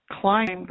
climbed